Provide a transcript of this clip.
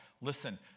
listen